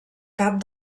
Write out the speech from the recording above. cap